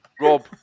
Rob